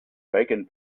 bacon